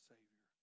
Savior